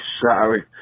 sorry